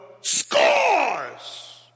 scores